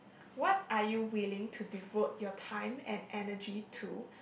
what are you willing to devote your time and energy to